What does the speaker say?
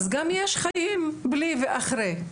אז גם יש חיים בלי ואחרי,